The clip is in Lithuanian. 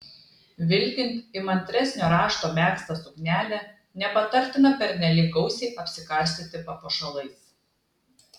vilkint įmantresnio rašto megztą suknelę nepatartina pernelyg gausiai apsikarstyti papuošalais